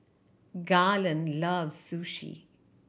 Garland loves Sushi